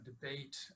debate